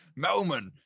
Melman